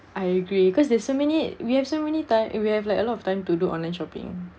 I agree because there's so many we have so many time we have like a lot of time to do online shopping